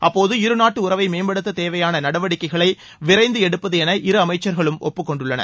அப்போது இருநாட்டு உறவை மேம்படுத்த தேவையாள நடவடிக்கைகளை விரைந்து எடுப்பது என இருஅமைச்சர்களும் ஒப்புக்கொண்டுள்ளனர்